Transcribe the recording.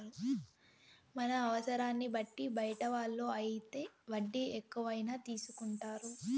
మన అవసరాన్ని బట్టి బయట వాళ్ళు అయితే వడ్డీ ఎక్కువైనా తీసుకుంటారు